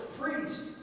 priest